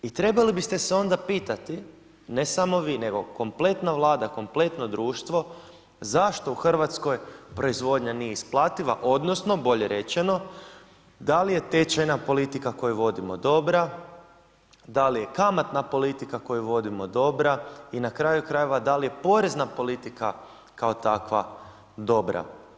I trebali bi ste se onda pitati ne samo vi, nego kompletna Vlada, kompletno društvo zašto u Hrvatskoj proizvodnja nije isplativa odnosno bolje rečeno da li je tečajna politika koju vodimo dobra, da li je kamatna politika koju vodimo dobra i na kraju krajeva da li je porezna politika kao takva dobra.